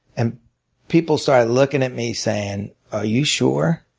and people started looking at me saying, are you sure?